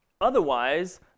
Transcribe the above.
Otherwise